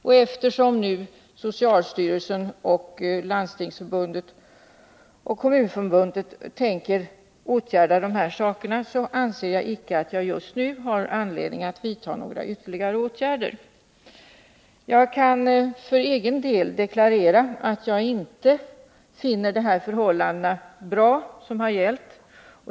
När f. ö. nu socialstyrelsen, Landstingsförbundet och Kommunförbundet tänker åtgärda de här sakerna, anser jag icke att jag just nu har anledning att vidta några ytterligare åtgärder. Jag kan för egen del deklarera att jag inte finner de förhållanden bra som har gällt.